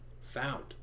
found